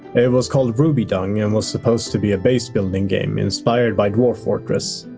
it was called rubydung, and was supposed to be a base building game inspired by dwarf fortress.